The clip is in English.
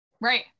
Right